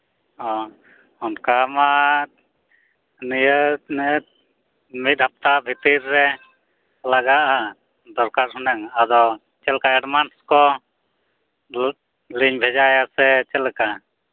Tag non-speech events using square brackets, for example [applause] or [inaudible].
ᱚ ᱚᱱᱠᱟᱢᱟ ᱱᱤᱭᱟᱹ ᱱᱮᱴ ᱢᱤᱫ ᱦᱟᱯᱛᱟ ᱵᱷᱤᱛᱤᱨ ᱨᱮ ᱞᱟᱜᱟᱜᱼᱟ ᱫᱚᱨᱠᱟᱨ ᱦᱩᱱᱟᱹᱝ ᱟᱫᱚ ᱪᱮᱫᱞᱮᱠᱟ ᱮᱰᱵᱷᱟᱱᱥᱠᱚ [unintelligible] ᱞᱤᱧ ᱵᱷᱮᱡᱟᱭᱟ ᱥᱮ ᱪᱮᱫᱞᱮᱠᱟ